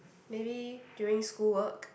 maybe during school work